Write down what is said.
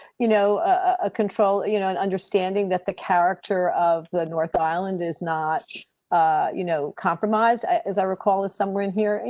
you know ah you know, and understanding that the character of the north island is not you know compromised as i recall, is somewhere in here. and